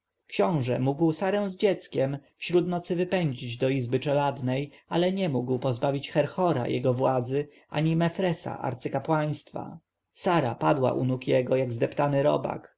książę mógł sarę z dzieckiem wśród nocy wypędzić do izby czeladniej ale nie mógł pozbawić herhora jego władzy ani mefresa arcykapłaństwa sara padła u nóg jego jak zdeptany robak